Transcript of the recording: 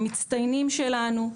המצטיינים שלנו.